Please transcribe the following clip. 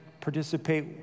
participate